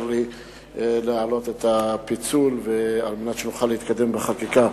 לי להעלות את הפיצול על מנת שנוכל להתקדם בחקיקה.